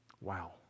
Wow